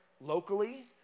locally